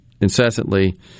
incessantly